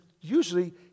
usually